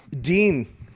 Dean